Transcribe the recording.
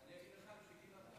שלוש דקות לרשותך.